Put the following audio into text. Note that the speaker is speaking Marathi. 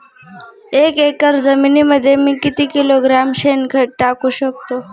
एक एकर जमिनीमध्ये मी किती किलोग्रॅम शेणखत टाकू शकतो?